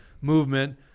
movement